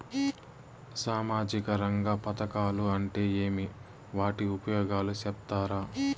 సామాజిక రంగ పథకాలు అంటే ఏమి? వాటి ఉపయోగాలు సెప్తారా?